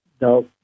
no